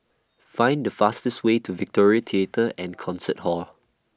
Find The fastest Way to Victoria Theatre and Concert Hall